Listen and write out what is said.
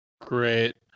Great